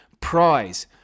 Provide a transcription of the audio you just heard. prize